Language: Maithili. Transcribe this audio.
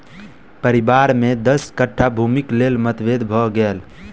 परिवार में दस कट्ठा भूमिक लेल मतभेद भ गेल